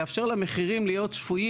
אבל לאפשר למחירים להיות שפויים,